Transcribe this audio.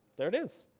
there it is,